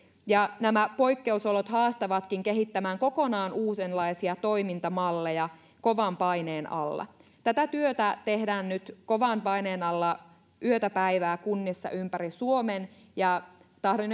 ja nämä poikkeusolot haastavatkin kehittämään kokonaan uudenlaisia toimintamalleja kovan paineen alla tätä työtä tehdään nyt kovan paineen alla yötä päivää kunnissa ympäri suomen ja tahdon